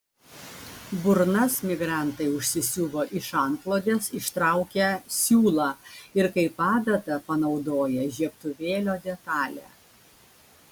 burnas migrantai užsisiuvo iš antklodės ištraukę siūlą ir kaip adatą panaudoję žiebtuvėlio detalę